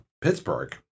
Pittsburgh